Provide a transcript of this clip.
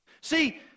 See